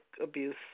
abuse